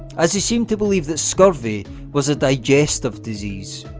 as he seemed to believe that scurvy was a digestive disease.